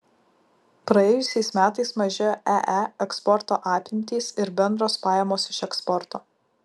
praėjusiais metais mažėjo ee eksporto apimtys ir bendros pajamos iš eksporto